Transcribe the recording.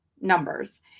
numbers